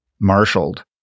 marshaled